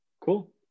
Cool